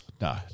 no